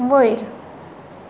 वयर